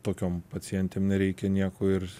tokiom pacientėm nereikia nieko ir